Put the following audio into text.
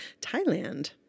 Thailand